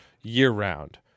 year-round